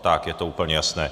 Tak je to úplně jasné.